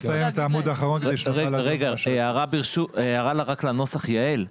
הערה לנוסח, יעל.